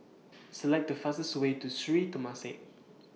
Select The fastest Way to Sri Temasek